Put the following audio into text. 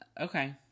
Okay